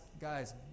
guys